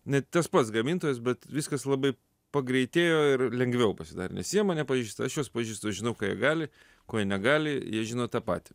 ne tas pats gamintojas bet viskas labai pagreitėjo ir lengviau pasidarė nes jie mane pažįsta aš juos pažįstu žinau ką jie gali ko jie negali jie žino tą patį